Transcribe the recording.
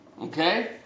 Okay